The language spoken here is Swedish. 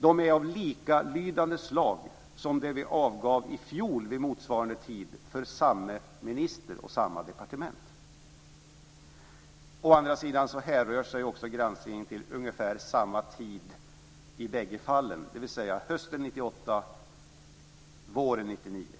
Den är av likalydande slag som den vi avgav i fjol vid motsvarande tid för samme minister och samma departement. Å andra sidan härrör sig också granskningen till ungefär samma tid i bägge fallen, dvs. hösten 98 och våren 99.